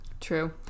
true